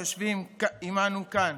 היושבים עימנו כאן,